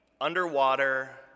underwater